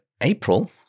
April